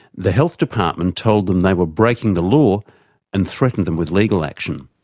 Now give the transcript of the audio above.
the health department told them they were breaking the law and threatened them with legal action.